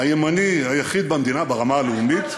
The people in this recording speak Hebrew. הימני היחיד במדינה ברמה הלאומית,